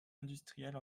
industrielle